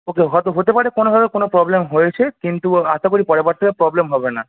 ওকে হয়তো হতে পারে কোনোভাবে কোনো প্রবলেম হয়েছে কিন্তু আশা করি পরেরবার থেকে আর প্রবলেম হবে না